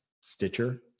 Stitcher